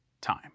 time